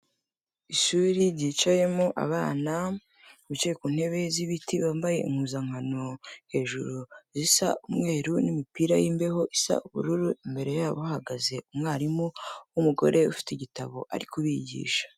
Ishuri ryicayemo abana, bicaye ku ntebe z'ibiti bambaye impuzankano hejuru zisa umweru n'imipira y'imbeho isa ubururu, imbere yabo bahagaze umwarimu w'umugore ufite igitabo ari kubigisha.